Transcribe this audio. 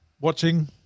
Watching